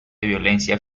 violencia